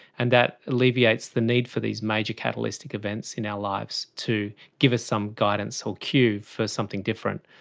and that alleviates the need for these major catalytic events in our lives to give us some guidance or cue for something different.